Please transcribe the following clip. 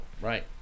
Right